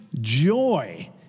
joy